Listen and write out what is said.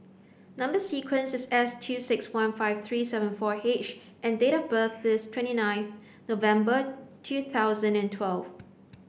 number sequence is S two six one five three seven fou H and date of birth is twenty nineth November two thousand and twelve